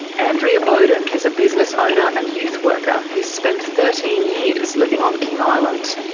andrea bowden is a business owner and youth worker who's spent thirteen years living on king island.